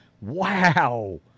Wow